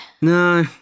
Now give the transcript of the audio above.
No